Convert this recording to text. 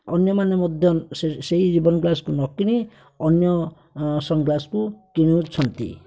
ଅନ୍ୟମାନେ ମଧ୍ୟ ସେହି ରେବେନ୍ ଗ୍ଳାସ୍କୁ ନ କିଣି ଅନ୍ୟ ସନ୍ଗ୍ଳାସ୍କୁ କିଣୁଛନ୍ତି